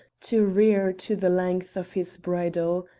to rear to the length of his bridle.